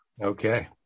Okay